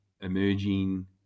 emerging